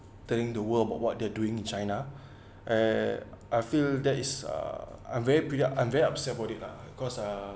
turning the world about what they're doing in china eh I feel that is uh I'm very pretty I'm very upset about it lah cause uh